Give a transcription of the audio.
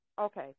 Okay